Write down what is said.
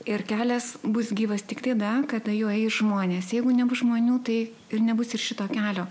ir kelias bus gyvas tik tada kada jio eis žmonės jeigu nebus žmonių tai ir nebus ir šito kelio